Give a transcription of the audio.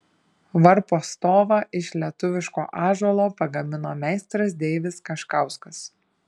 varpo stovą iš lietuviško ąžuolo pagamino meistras deivis kaškauskas